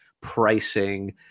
pricing